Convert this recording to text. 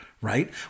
Right